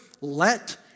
let